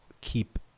keep